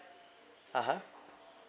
(uh huh)